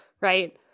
right